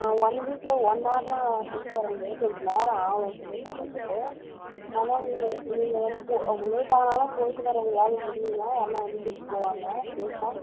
one வீக்ல one ஹவர்லெலாம் சொல்லித்தர முடியாது கொஞ்சம் நேரம் ஆகும் சொல்லித்தரத்துக்கு ஆனால் நீங்கள் நீங்கள் வந்து பொ லேட் ஆனாலும் போயிட்டு வர உங்களால் முடியுமா யாருன்னா வந்து கூட்டிகிட்டு போவாங்களா சேஃபாக